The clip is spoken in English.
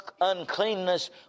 uncleanness